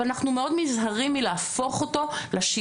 אבל אנחנו מאוד נזהרים מלהפוך אותו לשגרה.